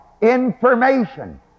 information